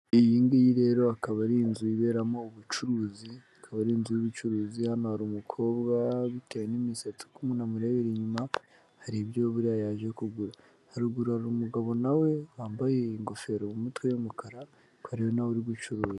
Iyi ngiyi rero akaba ari inzu iberamo ubucuruzi, akaba ari inzu y'ubucuruzi, hano hari umukobwa, bitewe n'imisatsi, uko umuntu amureba inyuma, hari ibyo buriya yaje kugura, haruguru hari umugabo nawe wambaye ingofero mu mutwe w'umukara akaba ari gucuruza.